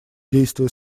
действуя